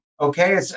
Okay